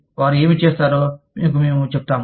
వారు ఏమి చెప్తారో మేము మీకు చెప్తాము